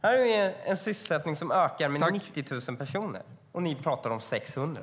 Vi har en sysselsättning som ökar med 90 000 personer, och ni talar om 600.